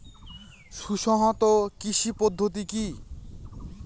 সুসংহত কৃষি পদ্ধতি কি?